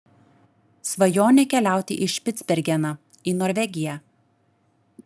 svajonė keliauti į špicbergeną į norvegiją